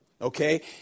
okay